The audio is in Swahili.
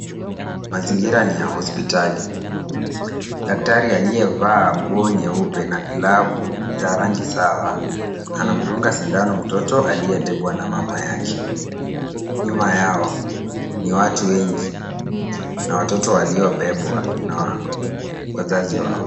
Mazingira ni ya hospitali. Daktari aliyevaa nguo nyeupe na glavu za rangi sawa, anamdunga sindano mtoto aliyebebwa na mama yake. Nyuma yao ni watu wengi na watoto waliobebwa na wazazi wao.